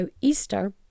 Easter